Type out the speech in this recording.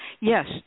Yes